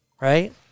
right